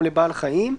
או לבעל חיים.